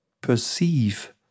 perceive